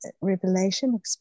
revelation